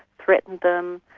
threatened them,